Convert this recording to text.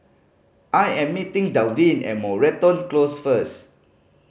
I am meeting Dalvin at Moreton Close first